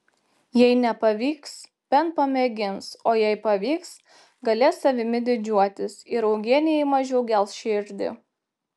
jei nepavyks bent pamėgins o jei pavyks galės savimi didžiuotis ir eugenijai mažiau gels širdį